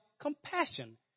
compassion